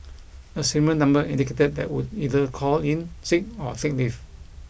a similar number indicated that would either call in sick or take leave